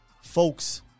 folks